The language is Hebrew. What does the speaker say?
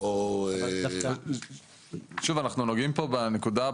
שוב, אנחנו נוגעים פה בנקודה,